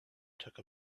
took